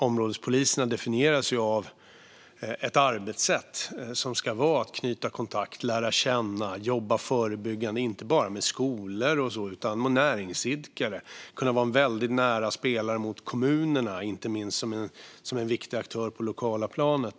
Områdespoliserna definieras av ett arbetssätt som ska vara att knyta kontakt, lära känna och jobba förebyggande, inte bara mot skolor utan också mot näringsidkare, och de ska kunna vara en väldigt nära spelare gentemot kommunerna som viktiga aktörer på det lokala planet.